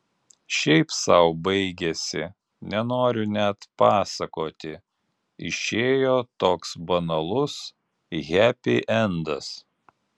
šiaip sau baigėsi nenoriu net pasakoti išėjo toks banalus hepiendas